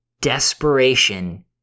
desperation